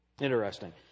Interesting